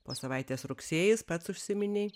po savaitės rugsėjis pats užsiminei